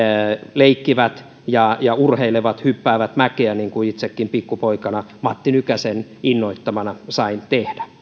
leikkivät ja ja urheilevat hyppäävät mäkeä niin kuin itsekin pikkupoikana matti nykäsen innoittamana sain tehdä